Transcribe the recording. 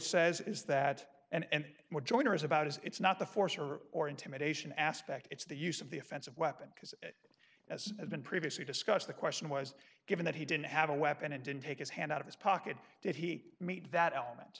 says is that and what joyner is about is it's not the force or or intimidation aspect it's the use of the offensive weapon because as had been previously discussed the question was given that he didn't have a weapon and didn't take his hand out of his pocket did he meet that element